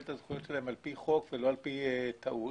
את הזכויות שלהם לפי חוק ולא לפי טעות.